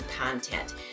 content